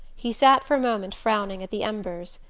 he sat for a moment frowning at the embers.